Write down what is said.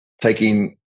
taking